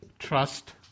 trust